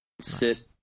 sit